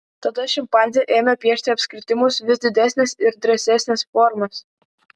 tada šimpanzė ėmė piešti apskritimus vis didesnes ir drąsesnes formas